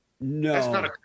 No